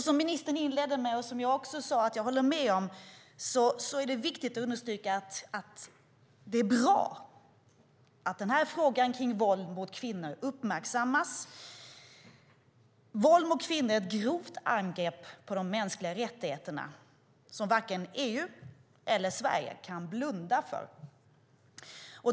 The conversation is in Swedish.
Som ministern inledde med, och som jag sade att jag håller med om, är det viktigt och bra att frågan om våld mot kvinnor uppmärksammas. Våld mot kvinnor är ett grovt angrepp på de mänskliga rättigheterna som varken EU eller Sverige kan blunda för.